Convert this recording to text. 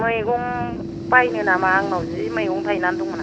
मैगं बायनो नामा आंनाव जि मैगं थाइनानै दंमोनहाय